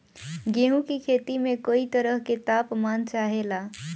गेहू की खेती में कयी तरह के ताप मान चाहे ला